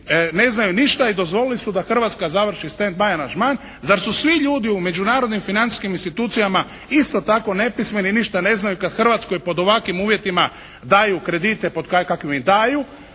ne znaju ništa i dozvolili su da Hrvatska završi stand by aranžman? Zar su svi ljudi u međunarodnim financijskim institucijama isto tako nepismeni i ništa ne znaju kad Hrvatskoj pod ovakvim uvjetima daju kredite pod …/Govornik